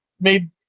made